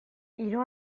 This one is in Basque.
hiru